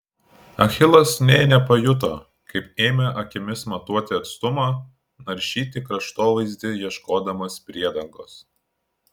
achilas nė nepajuto kaip ėmė akimis matuoti atstumą naršyti kraštovaizdį ieškodamas priedangos